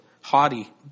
haughty